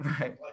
Right